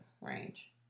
Range